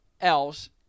else